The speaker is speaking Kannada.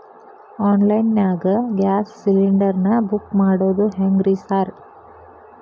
ಆನ್ಲೈನ್ ನಾಗ ಗ್ಯಾಸ್ ಸಿಲಿಂಡರ್ ನಾ ಬುಕ್ ಮಾಡೋದ್ ಹೆಂಗ್ರಿ ಸಾರ್?